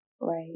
right